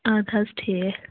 اَدٕ حظ ٹھیٖک